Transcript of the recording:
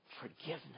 forgiveness